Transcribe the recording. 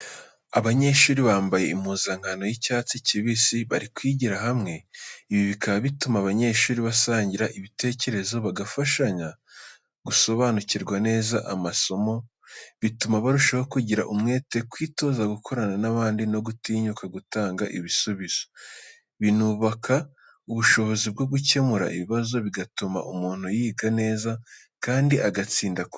Abanyeshuri bambaye impuzankano y'icyatsi kibisi bari kwigira hamwe. Ibi bikaba bituma abanyeshuri basangira ibitekerezo, bagafashanya gusobanukirwa neza amasomo. Bituma barushaho kugira umwete, kwitoza gukorana n’abandi no gutinyuka gutanga ibisubizo. Binubaka ubushobozi bwo gukemura ibibazo, bigatuma umuntu yiga neza kandi agatsinda kurushaho.